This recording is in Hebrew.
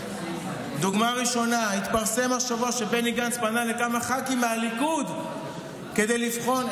דוגמה ראשונה: התפרסם השבוע שבני גנץ פנה לכמה ח"כים מהליכוד כדי לבחון,